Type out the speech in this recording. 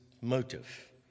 motive